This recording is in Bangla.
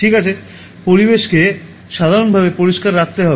ঠিক আছে পরিবেশকে সাধারণভাবে পরিষ্কার রাখতে হবে